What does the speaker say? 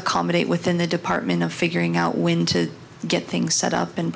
accommodate within the department of figuring out when to get things set up and